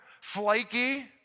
Flaky